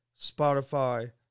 Spotify